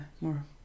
more